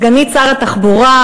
סגנית שר התחבורה,